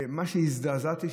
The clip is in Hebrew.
ומה שהזדעזעתי,